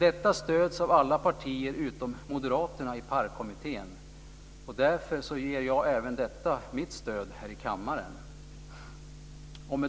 Detta stöds av alla partier utom Moderaterna i PARK-kommittén. Därför ger jag även detta mitt stöd här i kammaren.